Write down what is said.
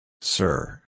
Sir